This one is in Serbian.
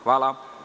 Hvala.